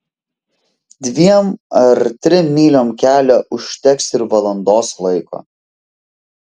dviem ar trim myliom kelio užteks ir valandos laiko